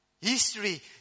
History